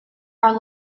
are